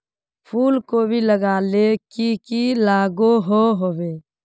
फूलकोबी लगाले की की लागोहो होबे?